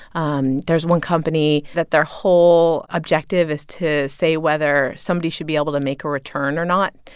um there's one company that their whole objective is to say whether somebody should be able to make a return or not.